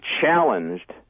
challenged